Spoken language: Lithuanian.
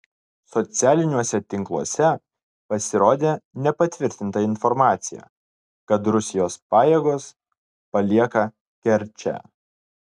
socialiniuose tinkluose pasirodė nepatvirtinta informacija kad rusijos pajėgos palieka kerčę